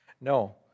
No